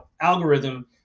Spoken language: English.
algorithm